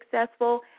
successful